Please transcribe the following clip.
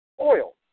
oil